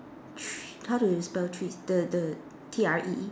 tree how to spell tree the the T R E E